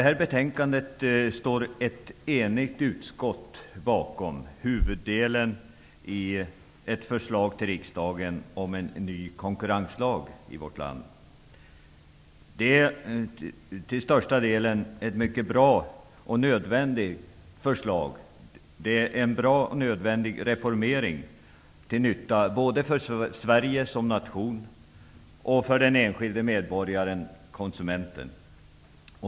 Fru talman! Ett enigt utskott står bakom detta betänkande om ett förslag till ny konkurrenslag. Det är till största delen ett mycket bra och nödvändigt förslag samt en mycket bra och nödvändig reformering, till nytta både för Sverige som nation och för den enskilde medborgaren, konsumenten.